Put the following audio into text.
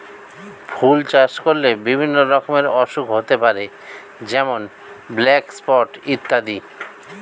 ফুলের চাষ করলে বিভিন্ন রকমের অসুখ হতে পারে যেমন ব্ল্যাক স্পট ইত্যাদি